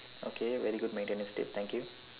okay very good maintenance tip thank you